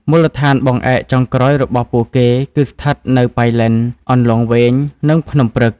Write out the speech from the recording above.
មូលដ្ឋានបង្អែកចុងក្រោយរបស់ពួកគេគឺស្ថិតនៅប៉ៃលិន អន្លង់វែង និងភ្នំព្រឹក។